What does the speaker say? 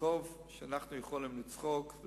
וטוב שאנחנו יכולים לצחוק,